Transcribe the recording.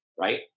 Right